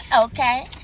okay